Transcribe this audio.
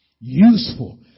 Useful